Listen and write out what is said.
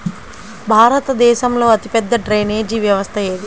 భారతదేశంలో అతిపెద్ద డ్రైనేజీ వ్యవస్థ ఏది?